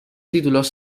títulos